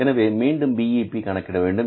எனவே மீண்டும் BEP கணக்கிட வேண்டும்